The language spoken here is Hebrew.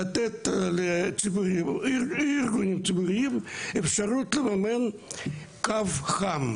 לתת לארגונים ציבוריים אפשרות לממן קו חם